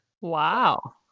Wow